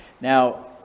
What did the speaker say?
Now